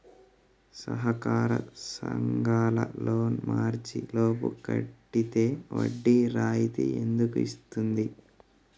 సహకార సంఘాల లోన్ మార్చి లోపు కట్టితే వడ్డీ రాయితీ ఎందుకు ఇస్తుంది?